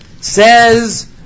says